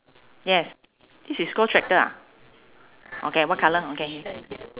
yes this is call tractor ah okay what colour okay